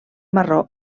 marró